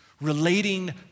relating